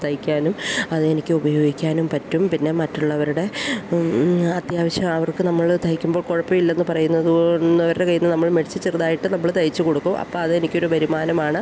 തയ്ക്കാനും അത് എനിക്ക് ഉപയോഗിക്കാനും പറ്റും പിന്നെ മറ്റുള്ളവരുടെ അത്യാവശ്യം അവർക്ക് നമ്മൾ തയ്ക്കുമ്പോൾ കുഴപ്പം ഇല്ലെന്ന് പറയുന്നതോ അവരുടെ കയ്യിന്ന് നമ്മൾ മേടിച്ചു ചെറുതായിട്ട് നമ്മൾ തയ്ച്ചു കൊടുക്കും അപ്പോൾ അത് എനിക്കൊരു വരുമാനമാണ്